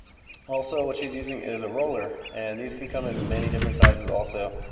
also what she is using is a roller, and these can come in many different sizes also,